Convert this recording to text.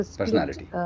personality